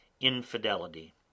infidelity